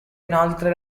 inoltre